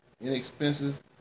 inexpensive